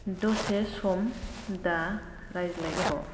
दसे सम दा रायज्लायथ'